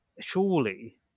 surely